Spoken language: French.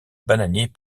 bananier